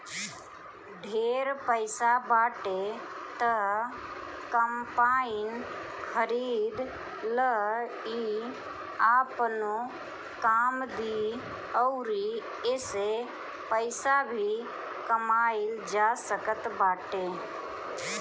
ढेर पईसा बाटे त कम्पाईन खरीद लअ इ आपनो काम दी अउरी एसे पईसा भी कमाइल जा सकत बाटे